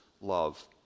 love